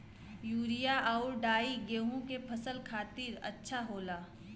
urea आउर डाई गेहूं के फसल खातिर अच्छा होला